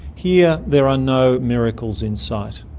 here there are no miracles in sight.